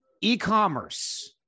e-commerce